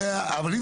אבל,